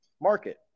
market